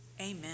Amen